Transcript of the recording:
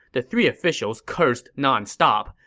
the three officials cursed nonstop.